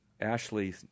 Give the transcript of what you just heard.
Ashley